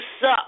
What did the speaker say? suck